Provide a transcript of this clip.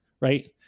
right